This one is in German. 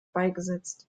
beigesetzt